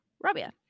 Rabia